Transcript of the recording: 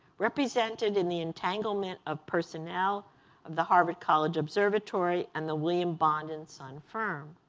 represented in the entanglement of personnel of the harvard college observatory and the william bond and son firm.